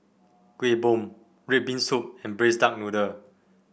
Kueh Bom red bean soup and braise Duck Noodle